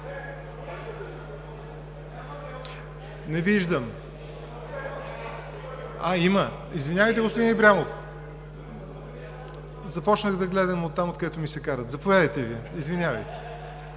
реплики.) А, има. Извинявайте, господин Ибрямов. Започнах да гледам от там, откъдето ми се карат. Извинявайте. Извинявайте,